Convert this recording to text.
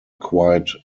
quite